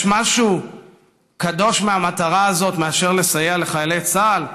יש משהו קדוש מהמטרה הזאת, לסייע לחיילי צה"ל?